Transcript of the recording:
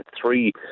three